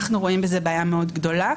אנחנו רואים בזה בעיה מאוד גדולה,